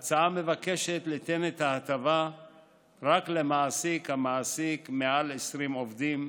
ההצעה מבקשת ליתן את ההטבה רק למעסיק המעסיק מעל 20 עובדים,